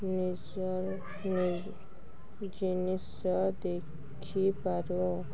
ନିଜର ଜିନିଷ ଦେଖିପାରୁ